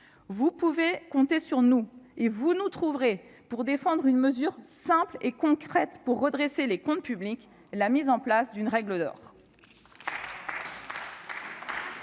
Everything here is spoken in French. vous pourrez compter sur nous, et vous nous trouverez pour défendre une mesure simple et concrète pour redresser les comptes publics : la mise en place d'une règle d'or.